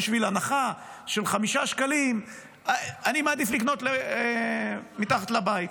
בשביל הנחה של 5 שקלים אני מעדיף לקנות מתחת לבית.